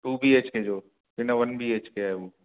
two B H K जो के न वन बी एच के आहे हूअ